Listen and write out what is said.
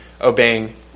obeying